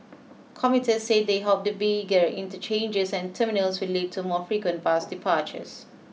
commuters said they hoped the bigger interchanges and terminals will lead to more frequent bus departures